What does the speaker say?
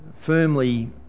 firmly